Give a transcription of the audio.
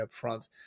upfront